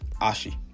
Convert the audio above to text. Ashi